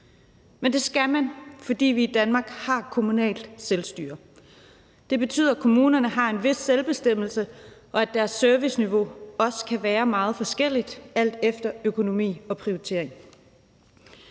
men det skal man, fordi vi i Danmark har kommunalt selvstyre. Det betyder, at kommunerne har en vis selvbestemmelse, og at deres serviceniveau også kan være meget forskelligt alt efter økonomi og prioritering.